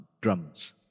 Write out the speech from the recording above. drums